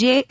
J N